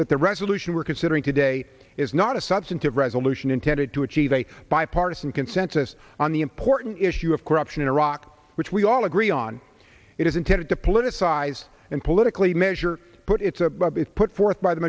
that the resolution we're considering today is not a substantive resolution intended to achieve a bipartisan consensus on the important issue of corruption in iraq which we all agree on it is intended to politicize and politically measure put it's put forth by the